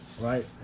Right